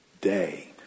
day